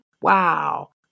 wow